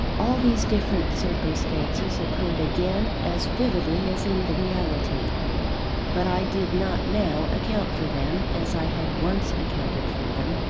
all these different circumstances occurred again as vividly as in the reality but i did not now account for them, as i had once accounted for them,